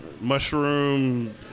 mushroom